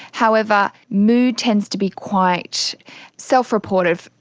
however, mood tends to be quite self-reported.